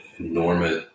enormous